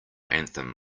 anthem